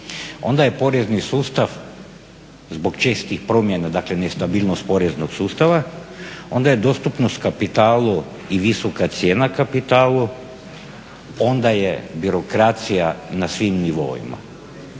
Onda je porezni sustav zbog čestih promjena, dakle nestabilnost poreznog sustava, onda je dostupnost kapitalu i visoka cijena kapitalu, onda je birokracija na svim nivoima.